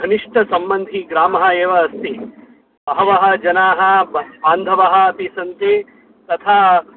घनिष्ठसम्बन्धी ग्रामः एव अस्ति बहवः जनाः ब बान्धवाः अपि सन्ति तथा